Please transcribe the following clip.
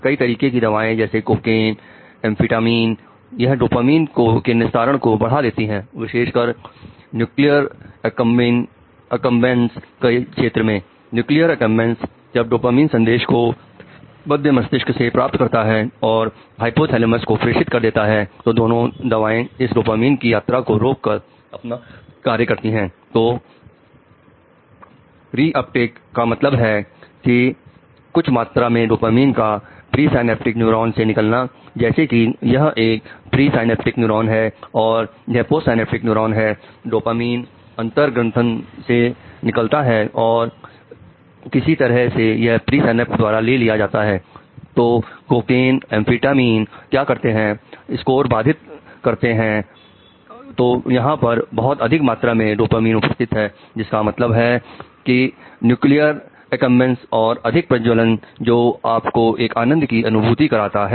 कई तरीके की दवाएं जैसे कोकेन और अधिक प्रज्वलन जो आपको एक आनंद की अनुभूति कराता है